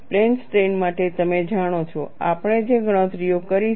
plane strain માટે તમે જાણો છો આપણે જે ગણતરીઓ કરી છે